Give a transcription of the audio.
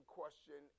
question